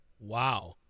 Wow